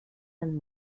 dann